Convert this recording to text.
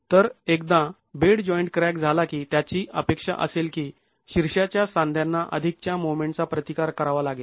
तर एकदा bed joint crack झाला की त्याची अपेक्षा असेल की शीर्षाच्या सांध्यांना अधिकच्या मोमेंटचा प्रतिकार करावा लागेल